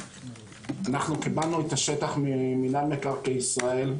קיבלנו את השטח מרשות מקרקעי ישראל.